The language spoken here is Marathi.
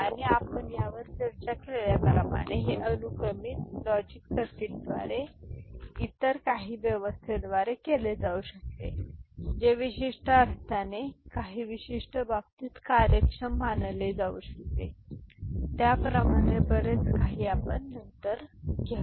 आणि आपण यावर चर्चा केल्याप्रमाणे हे अनुक्रमित लॉजिक सर्किटद्वारे इतर काही व्यवस्थेद्वारे केले जाऊ शकते जे विशिष्ट अर्थाने काही विशिष्ट बाबतीत कार्यक्षम मानले जाऊ शकते त्यापैकी बरेच काही आपण नंतर घेऊ